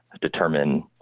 determine